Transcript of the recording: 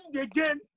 again